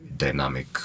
dynamic